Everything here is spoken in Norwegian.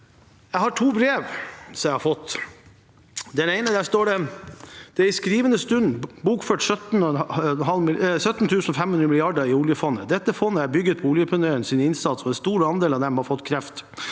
Jeg har fått to brev. I det ene står det: Det er i skrivende stund bokført 17 500 mrd. kr i oljefondet. Dette fondet er bygget på oljepionerenes innsats, og en stor andel av dem har fått kreft